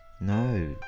No